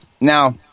Now